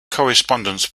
correspondence